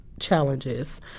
challenges